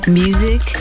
music